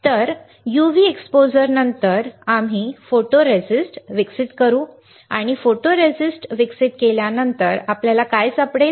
तर UV exposure नंतर आम्ही फोटोरेस्ट विकसित करू आणि फोटोरेस्टिस्ट विकसित केल्यानंतर आम्हाला काय सापडेल